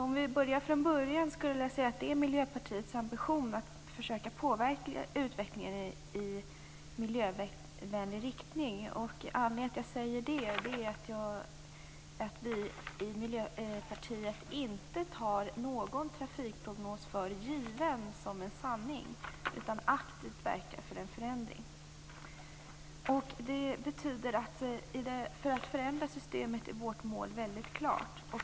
Jag vill börja från början och säga att det är Miljöpartiets ambition att påverka utvecklingen i miljövänlig riktning. Anledningen till att jag säger det är att vi i Miljöpartiet inte tar någon trafikprognos för given som en sanning utan aktivt verkar för en förändring. Vårt mål för förändringen av systemet är väldigt klart.